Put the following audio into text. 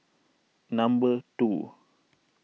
number two